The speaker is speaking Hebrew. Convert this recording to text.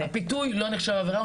הפיתוי לא נחשב עבירה,